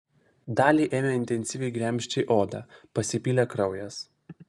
dali ėmė intensyviai gremžti odą pasipylė kraujas